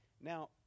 Now